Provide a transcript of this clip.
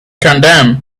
condemned